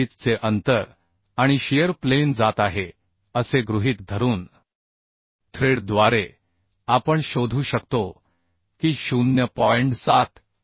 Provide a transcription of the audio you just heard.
चे पिच चे अंतर आणि शिअर प्लेन जात आहे असे गृहीत धरून थ्रेड द्वारे आपण शोधू शकतो की 0